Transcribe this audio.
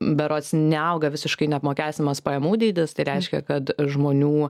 berods neauga visiškai neapmokestinamas pajamų dydis tai reiškia kad žmonių